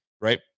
right